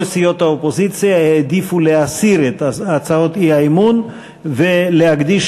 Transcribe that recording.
כל סיעות האופוזיציה העדיפו להסיר את הצעות האי-אמון ולהקדיש